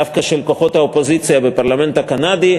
דווקא של כוחות האופוזיציה בפרלמנט הקנדי,